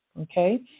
Okay